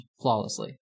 flawlessly